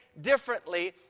differently